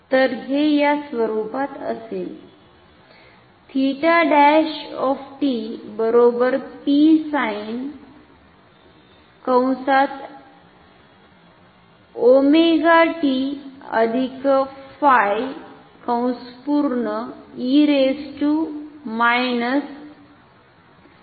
तर हे या स्वरुपात असेल आता हा 𝜃 फेज फाय नाही